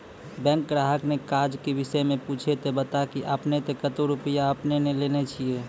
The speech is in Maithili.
बैंक ग्राहक ने काज के विषय मे पुछे ते बता की आपने ने कतो रुपिया आपने ने लेने छिए?